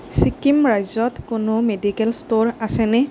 ছিকিম ৰাজ্যত কোনো medical store আছেনে